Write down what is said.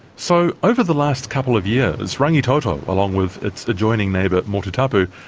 so, over the last couple of years rangitoto, along with its adjoining neighbour motutapu,